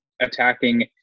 attacking